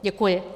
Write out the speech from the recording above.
Děkuji.